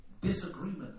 disagreement